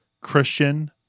Christian